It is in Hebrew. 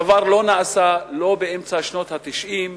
הדבר לא נעשה, לא באמצע שנות ה-90.